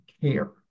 care